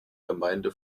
gemeinde